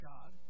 God